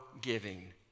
giving